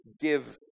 give